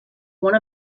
one